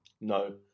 No